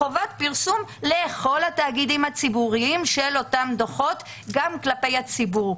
חובת פרסום לכל התאגידים הציבוריים של אותם דוחות גם כלפי הציבור.